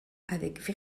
avec